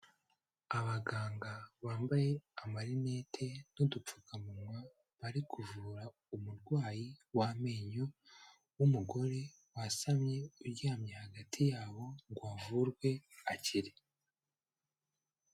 Abaganga bambaye amarinete n'udupfukamunwa bari kuvura umurwayi w'amenyo w'umugore wasamye uryamye hagati yabo ngo avurwe akire.